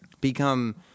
become